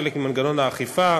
חלק ממנגנון האכיפה,